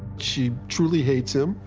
she truly hates him.